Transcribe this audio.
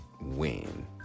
win